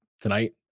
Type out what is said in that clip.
tonight